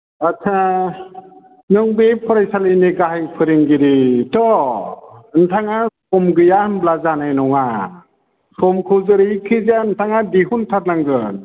आदसा नों बे फरायसालिनि गाहाय फोरोंगिरिथ' नोंथाङा सम गैया होनब्ला जानाय नङा समखौ जेरैखि जाया नोंथाङा दिहुन थारनांगोन